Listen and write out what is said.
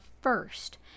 first